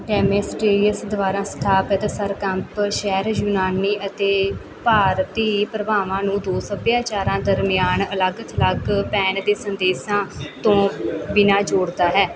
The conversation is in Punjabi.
ਡੇਮੇਟ੍ਰੀਅਸ ਦੁਆਰਾ ਸਥਾਪਿਤ ਸਿਰਕੈਪ ਸ਼ਹਿਰ ਯੂਨਾਨੀ ਅਤੇ ਭਾਰਤੀ ਪ੍ਰਭਾਵਾਂ ਨੂੰ ਦੋ ਸੱਭਿਆਚਾਰਾਂ ਦਰਮਿਆਨ ਅਲੱਗ ਥਲੱਗ ਪੈਣ ਦੇ ਸੰਦੇਸਾਂ ਤੋਂ ਬਿਨਾਂ ਜੋੜਦਾ ਹੈ